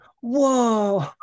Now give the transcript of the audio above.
whoa